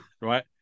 right